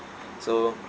so